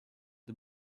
the